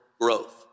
growth